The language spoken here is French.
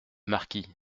marquis